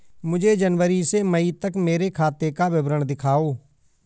मुझे जनवरी से मई तक मेरे खाते का विवरण दिखाओ?